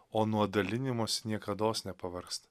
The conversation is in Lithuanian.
o nuo dalinimosi niekados nepavargsta